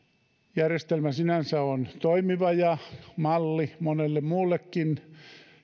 järjestelmä sinänsä on toimiva ja malli monelle muullekin